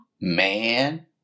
man